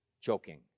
Choking